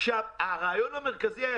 הרעיון המרכזי היה